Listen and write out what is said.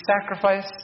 sacrifice